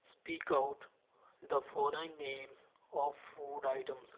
speak out the following names of food items